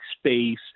space